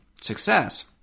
success